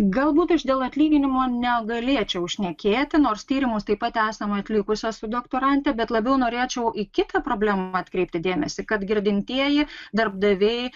galbūt aš dėl atlyginimo negalėčiau šnekėti nors tyrimus taip pat esam atlikusios su doktorante bet labiau norėčiau į kitą problemą atkreipti dėmesį kad girdintieji darbdaviai